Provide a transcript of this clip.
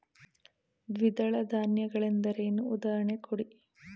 ದ್ವಿದಳ ಧಾನ್ಯ ಗಳೆಂದರೇನು, ಉದಾಹರಣೆ ಕೊಡಿ?